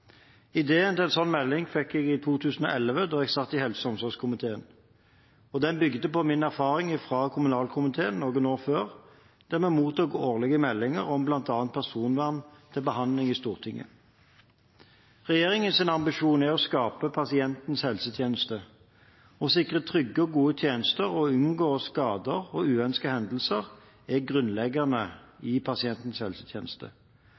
Ideen til en slik melding fikk jeg i 2011 da jeg satt i helse- og omsorgskomiteen. Den bygde på min erfaring fra kommunalkomiteen noen år før, der vi mottok årlige meldinger om bl.a. personvern til behandling i Stortinget. Regjeringens ambisjon er å skape pasientens helsetjeneste. Å sikre trygge og gode tjenester og å unngå skader og uønskede hendelser er grunnleggende i pasientens helsetjeneste.